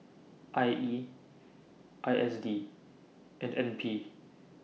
I E I S D and N P